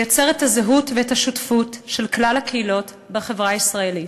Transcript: לייצר את הזהות ואת השותפות של כלל הקהילות בחברה הישראלית.